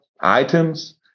items